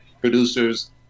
producers